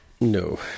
no